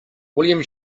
william